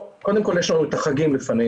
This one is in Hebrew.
קודם כל יש לנו את החגים לפנינו.